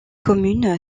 commune